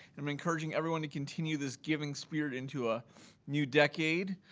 i'm encouraging everyone to continue this giving spirit into a new decade.